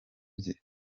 bye